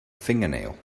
fingernail